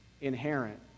inherent